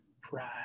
pride